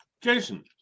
Jason